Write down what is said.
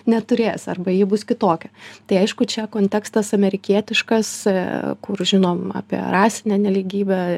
neturės arba ji bus kitokia tai aišku čia kontekstas amerikietiškas kur žinome apie rasinę nelygybę